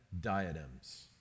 diadems